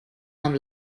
amb